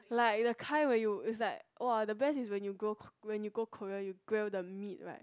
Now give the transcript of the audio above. like the kind when you is like !wow! the best is when you go when you go Korean you grill the meat right